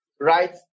right